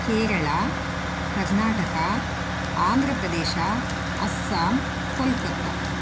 केरळा कर्णाटका आन्ध्रप्रदेशः अस्साम् कोल्कत्ता